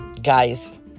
guys